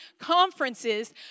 conferences